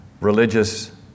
religious